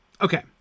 okay